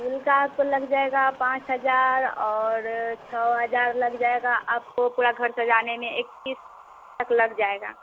फूल का तो लग जाएगा पाँच हज़ार और छः हज़ार लग जाएगा आपको पूरा घर सजाने में इक्कीस तक लग जाएगा